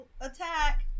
attack